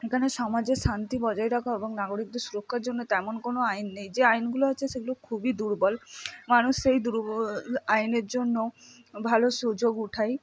এখানে সমাজের শান্তি বজায় রাখা এবং নাগরিকদের সুরক্ষার জন্য তেমন কোনও আইন নেই যে আইনগুলো আছে সেগুলো খুবই দুর্বল মানুষ সেই দুর্বল আইনের জন্য ভালো সুযোগ উঠায়